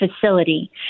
facility